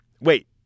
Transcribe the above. Wait